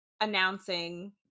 announcing